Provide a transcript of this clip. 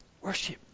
Worship